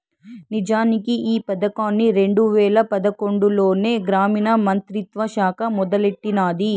నిజానికి ఈ పదకాన్ని రెండు వేల పదకొండులోనే గ్రామీణ మంత్రిత్వ శాఖ మొదలెట్టినాది